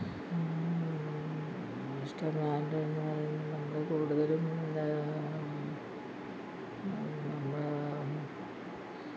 ഇഷ്ട ബ്രാൻഡ് എന്ന് പറയുന്നത് നമ്മൾ കൂടുതലും ഇതാണ് നമ്മൾ